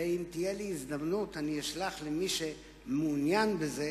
ואם תהיה לי הזדמנות אני אשלח למי שמעוניין בזה,